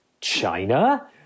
China